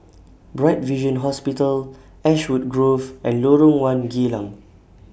Bright Vision Hospital Ashwood Grove and Lorong one Geylang